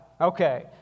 Okay